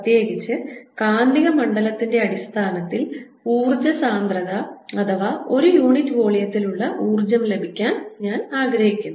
പ്രത്യേകിച്ച് കാന്തിക മണ്ഡലത്തിന്റെ അടിസ്ഥാനത്തിൽ ഊർജ്ജ സാന്ദ്രത അഥവാ ഒരു യൂണിറ്റ് വോള്യത്തിലുള്ള ഊർജ്ജം ലഭിക്കാൻ ഞാൻ ആഗ്രഹിക്കുന്നു